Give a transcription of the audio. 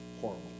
horrible